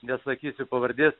nesakysiu pavardės